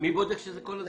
מי בודק שזה כל הזמן?